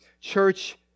church